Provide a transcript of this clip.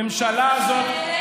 ומה עשו, צמצמו את הממשלה.